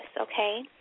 okay